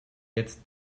jetzt